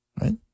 Right